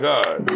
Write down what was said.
God